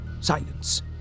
silence